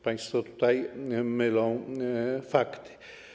Państwo tutaj mylą fakty.